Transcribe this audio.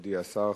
מכובדי השר,